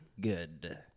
good